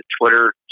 Twitter